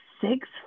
six